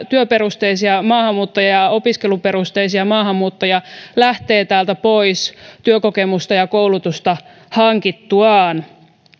työperusteisia maahanmuuttajia ja opiskeluperusteisia maahanmuuttajia lähtee pois työkokemusta ja koulutusta hankittuaan